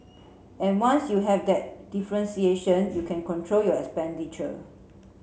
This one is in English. and once you have that differentiation you can control your expenditure